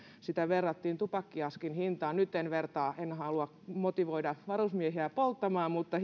sitä verrattiin tupakkiaskin hintaan nyt en vertaa en halua motivoida varusmiehiä polttamaan mutta